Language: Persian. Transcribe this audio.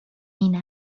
این